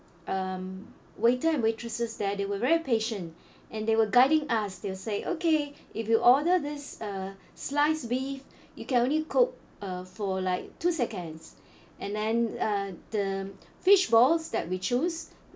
um waiter and waitresses there they were very patient and they were guiding us they'll say okay if you order this uh sliced beef you can only cook uh for like two seconds and then uh the fish balls that we choose